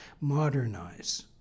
modernize